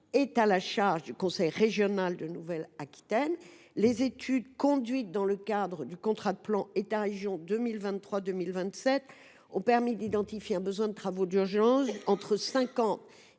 est à la charge du conseil régional de Nouvelle Aquitaine. Les études conduites dans le cadre du contrat de plan État région (CPER) 2023 2027 ont permis d’identifier un besoin de travaux d’urgence, d’un montant